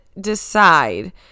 decide